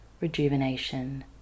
rejuvenation